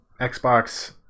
Xbox